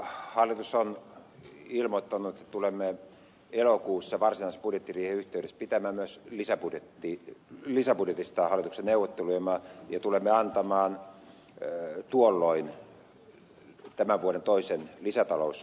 hallitus on ilmoittanut että tulemme elokuussa varsinaisen budjettiriihen yhteydessä käymään myös lisäbudjetista hallituksen neuvotteluja ja tulemme antamaan tuolloin tämän vuoden toisen lisätalousarvion